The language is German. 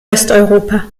westeuropa